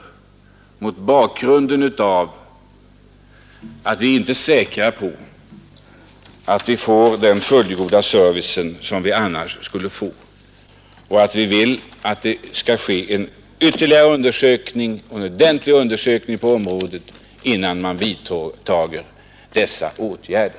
Det är alltså mot bakgrund av att vi inte är säkra på att vi skulle få den fullgoda service som vi önskar, som vi vill ha ytterligare, ordentliga undersökningar på området innan man vidtager några åtgärder.